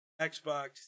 Xbox